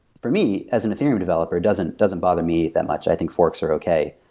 for me, as an ethereum developer, doesn't doesn't bother me that much. i think forks are okay.